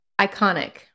Iconic